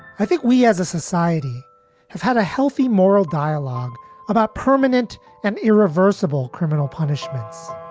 i think we as a society have had a healthy moral dialogue about permanent and irreversible criminal punishments,